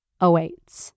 awaits